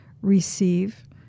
receive